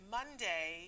Monday